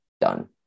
done